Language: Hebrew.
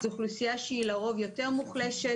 זה אוכלוסייה שהיא לרוב יותר מוחלשת.